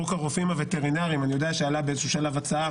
חוק הרופאים הווטרינריים אני יודע שעלתה באיזשהו שלב הצעה